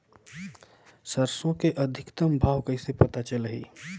सरसो के अधिकतम भाव कइसे पता चलही?